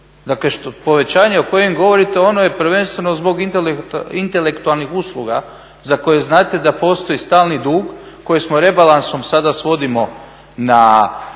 Dakle, povećanje o kojem govorit ono je prvenstveno zbog intelektualnih usluga za koje znate da postoji stalni dug koji smo rebalansom sada svodimo na,